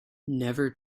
never